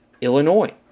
Illinois